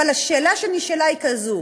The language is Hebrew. אבל השאלה שנשאלה היא כזאת: